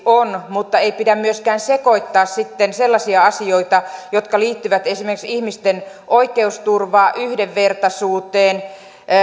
on mutta ei pidä myöskään sekoittaa sitten sellaisia asioita jotka liittyvät esimerkiksi ihmisten oikeusturvaan yhdenvertaisuuteen